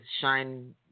Shine